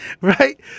right